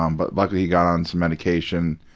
um but luckily he got on some medication,